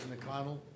McConnell